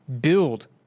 build